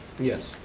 yes.